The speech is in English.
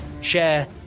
share